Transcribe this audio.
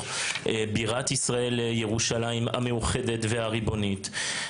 בירת ישראל ירושלים המאוחדת והריבונית.